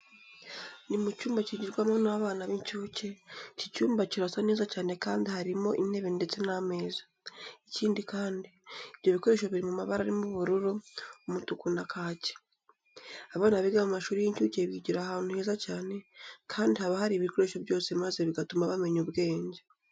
Ni mu cyumba kigirwamo n'abana b'incuke, iki cyumba kirasa neza cyane kandi harimo intebe ndetse n'ameza. Ikindi kandi, ibyo bikoresho biri mu mabara arimo ubururu, umutuku na kake. Abana biga mu mashuri y'incuke bigira ahantu heza cyane kandi haba hari ibikoresho byose maze bigatuma bamenya ubwenge.